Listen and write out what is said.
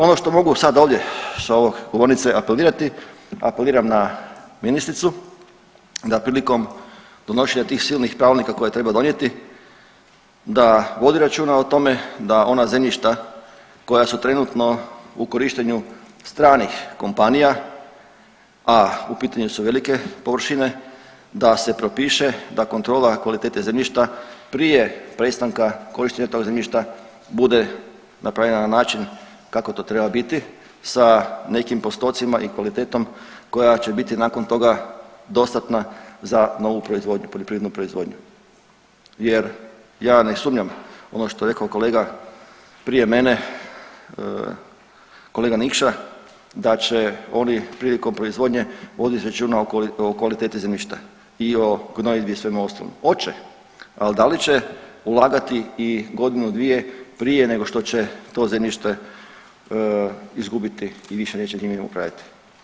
Ono što mogu sad ovdje sa ove govornice apelirati, apeliram na ministricu da prilikom donošenja tih silnih pravilnika koje treba donijeti da vodi računa o tome da ona zemljišta koja su trenutno u korištenju stranih kompanija, a u pitanju su velike površine da se propiše da kontrola kvalitete zemljišta prije prestanka korištenja tog zemljišta bude napravljena na način kako to treba biti sa nekim postocima i kvalitetom koja će biti nakon toga dostatna za novu poljoprivrednu proizvodnju jer ja ne sumnjam, ono što je rekao kolega prije mene kolega Nikša da će oni prilikom proizvodnje voditi računa o kvaliteti zemljišta i o gnojidbi i svemu ostalom, hoće, ali da li će ulagati i godinu, dvije prije nego što će to zemljište izgubiti i više neće njime upravljati.